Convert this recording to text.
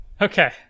Okay